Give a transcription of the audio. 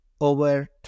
over